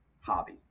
hobby